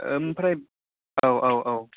आमफ्राय औ औ औ